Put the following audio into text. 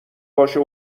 باشه